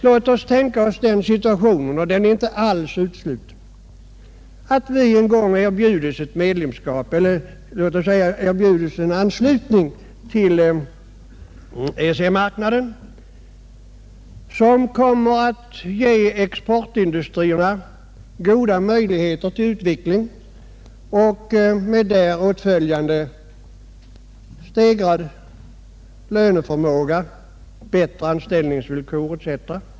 Låt oss tänka oss den situationen, och den är inte alls utesluten, att vi en gång erbjudes en anslutning till EEC, som kommer att ge exportindustrierna goda möjligheter till utveckling med åtföljande vidgad lönebetalningsförmåga, förutsättningar att erbjuda bättre anställningsvillkor etc.